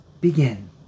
begin